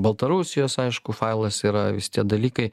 baltarusijos aišku failas yra visi tie dalykai